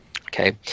okay